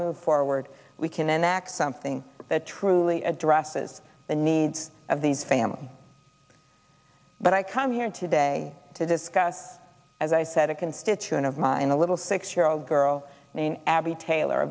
move forward we can enact something that truly addresses the needs of these families but i come here today to discuss as i said a constituent of mine a little six year old girl named abby taylor